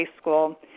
school